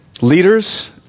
leaders